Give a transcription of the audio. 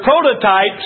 prototypes